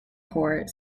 port